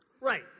Right